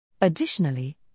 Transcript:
Additionally